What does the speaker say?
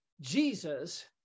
Jesus